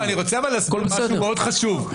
אני רוצה להסביר משהו מאוד חשוב.